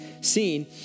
seen